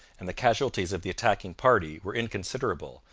and the casualties of the attacking party were inconsiderable,